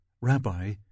Rabbi